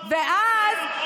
לא לא לא,